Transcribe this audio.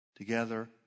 together